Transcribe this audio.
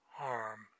harm